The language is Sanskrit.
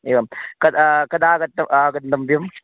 एवं कदा कदा आगतः आगन्तव्यम्